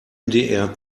ndr